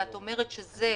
ואת אומרת שזה